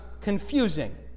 confusing